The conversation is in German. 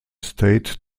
stade